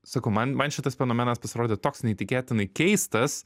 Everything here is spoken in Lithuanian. sakau man man šitas fenomenas pasirodė toks neįtikėtinai keistas